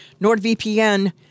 NordVPN